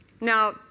now